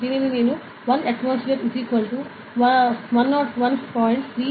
మేము దీనిని 1 atmosphere 101